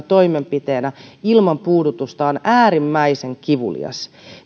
toimenpiteenä ilman puudutusta on äärimmäisen kivulias